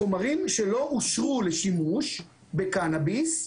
חומרים שלא אושרו לשימוש בקנאביס,